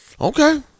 Okay